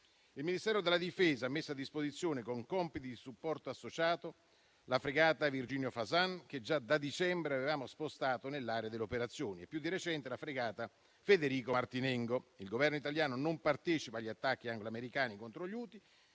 Il Ministero della difesa ha messo a disposizione, con compiti di supporto associato, la fregata Virginio Fasan, che già da dicembre avevamo spostato nell'area delle operazioni e, più di recente, la fregata Federico Martinengo. Il Governo italiano non partecipa agli attacchi anglo americani contro gli